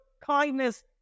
kindness